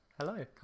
Hello